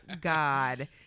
god